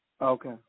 Okay